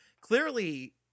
clearly